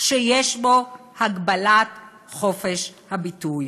שיש בו הגבלת חופש הביטוי".